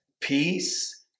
peace